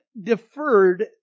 deferred